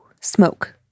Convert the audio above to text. smoke